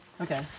Okay